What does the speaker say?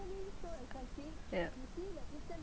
yeah